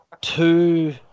two